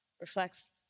reflects